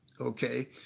Okay